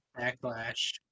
backlash